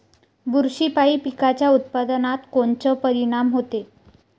बुरशीपायी पिकाच्या उत्पादनात कोनचे परीनाम होते?